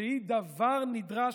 שהיא דבר נדרש,